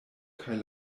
kaj